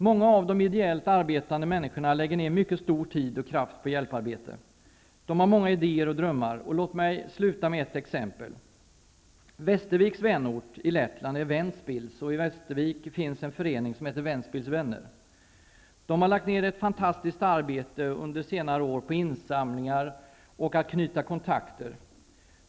Många av de ideellt arbetande människorna lägger ner mycket tid och kraft på hjälparbete. De har många idéer och drömmar. Låt mig sluta med ett exempel: Västerviks vänort i Lettland är Ventspils och i Västervik finns en förening som heter Ventspils vänner. De har under senare år lagt ned ett fantastiskt arbete på insamlingar och på att knyta kontakter.